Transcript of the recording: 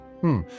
Hmm